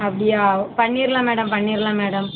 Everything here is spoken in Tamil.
அப்படியா பண்ணிடலாம் மேடம் பண்ணிடலாம் மேடம்